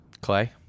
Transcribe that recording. Clay